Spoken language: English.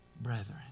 brethren